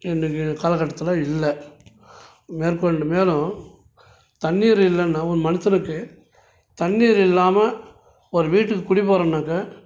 இன்றைக்கி காலக்கட்டத்தில் இல்லை மேற்கொண்டு மேலும் தண்ணீர் இல்லைன்னா ஒரு மனுஷனுக்கு தண்ணீர் இல்லாமல் ஒரு வீட்டுக்குக் குடிப்போகிறோம்னாக்க